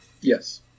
yes